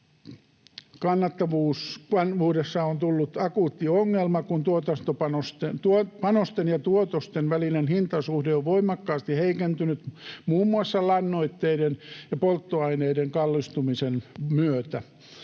kannattavuudessa on tullut akuutti ongelma, kun panosten ja tuotosten välinen hintasuhde on voimakkaasti heikentynyt muun muassa lannoitteiden ja polttoaineiden kallistumisen myötä.